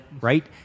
right